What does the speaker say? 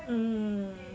mm